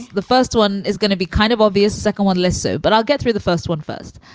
the first one is gonna be kind of obvious. second one less so. but i'll get through the first one first